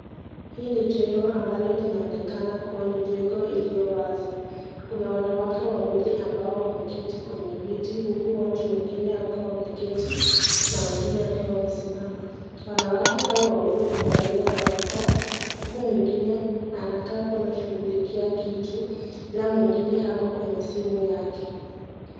Hii ni jengo ambalo linaonekana kuwa ni jengo ilio wazi Kuna wanawake wawili ambai wameketi kwenye kiti huku watu wengeni wakiwa wameketi na wengine wakiwa wamesimama wanawake wawili wamevalia barakoa huku mwingine anakaa kuwa ameshugulikia kitu ule mwingine akiwa kwenye simu yake